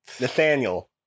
Nathaniel